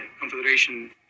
Confederation